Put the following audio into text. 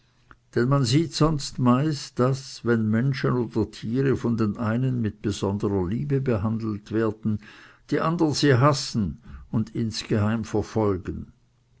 denn man sieht sonst meist daß wenn menschen oder tiere von den einen mit besonderer liebe behandelt werden die andern sie hassen und insgeheim verfolgen